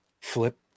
flip